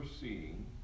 seeing